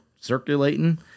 circulating